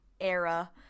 era